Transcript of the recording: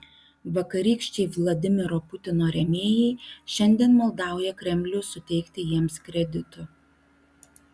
vakarykščiai vladimiro putino rėmėjai šiandien maldauja kremlių suteikti jiems kreditų